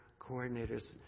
coordinators